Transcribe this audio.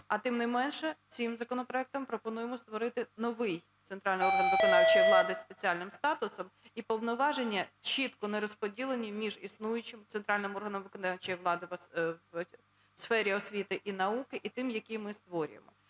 а тим не менше цим законопроектом пропонуємо створити новий центральний орган виконавчої влади зі спеціальним статусом і повноваження чітко не розподілені між існуючим центральним органом виконавчої влади у сфері освіти і науки і тим, який ми створюємо.